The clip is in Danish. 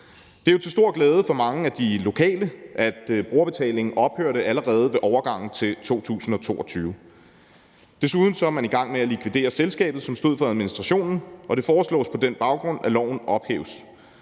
Det er jo til stor glæde for mange af de lokale, at brugerbetalingen ophørte allerede ved overgangen til 2022. Desuden er man i gang med at likvidere selskabet, som stod for administrationen, og det foreslås på den baggrund, at loven ophæves.